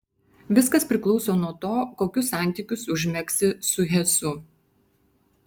viskas priklauso nuo to kokius santykius užmegsi su hesu